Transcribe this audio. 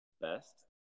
best